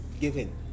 given